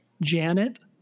Janet